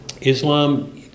Islam